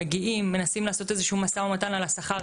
מגיעים, מנסים לעשות איזה משא ומתן על השכר.